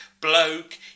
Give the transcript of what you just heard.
bloke